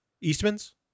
Eastman's